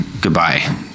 goodbye